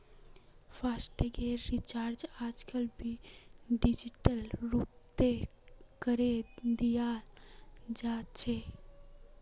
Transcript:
फासटैगेर recharge आजकल digital रूपतों करे दियाल जाछेक